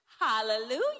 Hallelujah